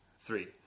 Three